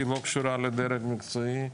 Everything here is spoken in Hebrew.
היא לא קשורה לדרג מקצועי,